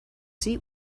seat